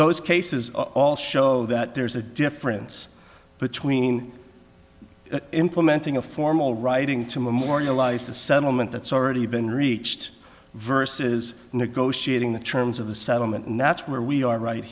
those cases all show that there's a difference between implementing a formal writing to memorialize the settlement that's already been reached verse is negotiating the terms of the settlement and that's where we are right